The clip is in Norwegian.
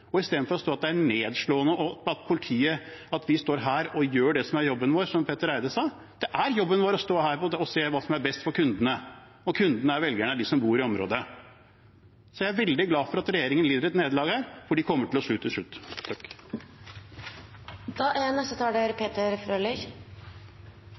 istedenfor å si at det er nedslående at vi står her og gjør det som er jobben vår, som Petter Eide sa. Det er jobben vår å stå her og se hva som er best for kundene. Kundene er velgerne – de som bor i området. Jeg er veldig glad for at regjeringen lider et nederlag her, for de kommer til å snu til slutt. Det er